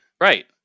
right